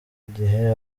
igihe